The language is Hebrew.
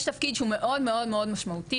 יש תפקיד שהוא מאד מאד משמעותי,